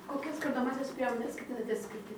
kokias kardomąsias priemones ketinate skirti